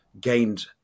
gained